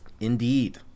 indeed